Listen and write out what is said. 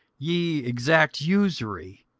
ye exact usury,